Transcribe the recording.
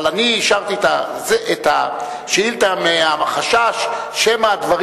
אבל אני אישרתי את השאילתא מהחשש שמא הדברים